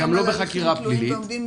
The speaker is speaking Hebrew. וגם לא בחקירה פלילית.